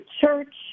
church